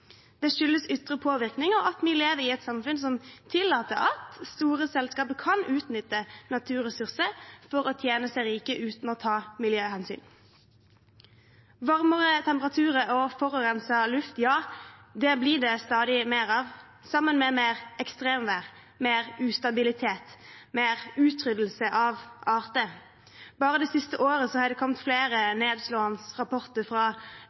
Det skyldes ytre påvirkning og at vi lever i et samfunn som tillater at store selskaper kan utnytte naturressurser for å tjene seg rike uten å ta miljøhensyn. Varmere temperaturer og forurenset luft blir det stadig mer av, sammen med mer ekstremvær, mer ustabilitet og mer utryddelse av arter. Bare det siste året har det kommet flere nedslående rapporter fra